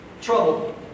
Trouble